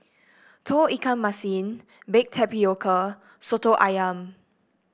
Tauge Ikan Masin Baked Tapioca soto ayam